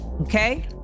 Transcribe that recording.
Okay